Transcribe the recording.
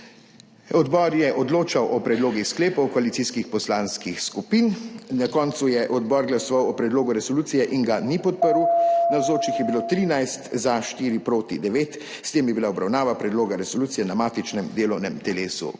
Odbor je odločal o predlogih sklepov koalicijskih poslanskih skupin. Na koncu je odbor glasoval o predlogu resolucije in ga ni podprl. Navzočih je bilo 13, za 4, proti 9. S tem je bila obravnava predloga resolucije na matičnem delovnem telesu